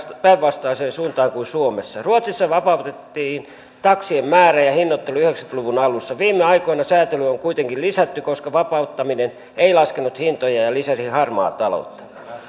päinvastaiseen suuntaan kuin suomessa ruotsissa vapautettiin taksien määrä ja hinnoittelu yhdeksänkymmentä luvun alussa viime aikoina säätelyä on kuitenkin lisätty koska vapauttaminen ei laskenut hintoja ja ja lisäsi harmaata taloutta